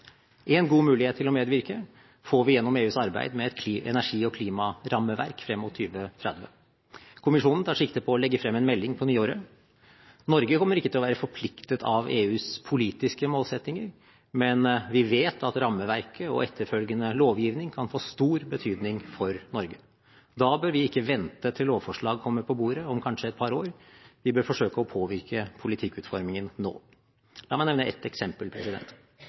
En god mulighet til å medvirke får vi gjennom EUs arbeid med et energi- og klimarammeverk frem mot 2030. Kommisjonen tar sikte på å legge frem en melding på nyåret. Norge kommer ikke til å være forpliktet av EUs politiske målsettinger, men vi vet at rammeverket og etterfølgende lovgivning kan få stor betydning for Norge. Da bør vi ikke vente til lovforslag kommer på bordet om kanskje et par år, vi bør forsøke å påvirke politikkutformingen nå. La meg nevne ett eksempel: